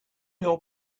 your